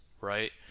right